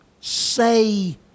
say